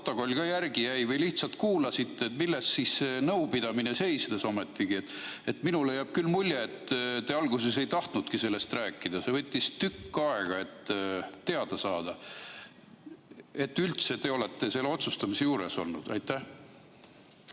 ka järgi jäi või te lihtsalt kuulasite? Milles siis see nõupidamine seisnes ometigi? Minule jääb küll mulje, et te alguses ei tahtnudki sellest rääkida. See võttis tükk aega, et teada saada, et te üldse olete selle otsustamise juures olnud. Austatud